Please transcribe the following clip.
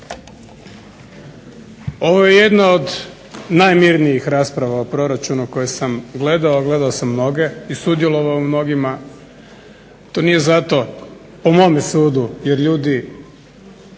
Ovo je jedna od najmirnijih rasprava o proračunu koje sam gledao, a gledao sam mnoge i sudjelovao sam u mnogima. To nije zato po mome sudu jer ljudi